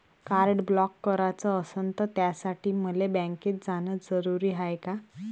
Card block कराच असनं त त्यासाठी मले बँकेत जानं जरुरी हाय का?